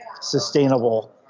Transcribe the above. sustainable